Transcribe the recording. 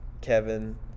Kevin